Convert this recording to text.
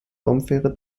raumfähre